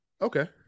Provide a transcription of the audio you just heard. Okay